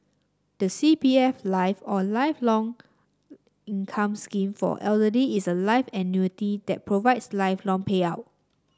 the C P F Life or Lifelong Income Scheme for Elderly is a life annuity that provides lifelong payout